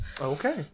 Okay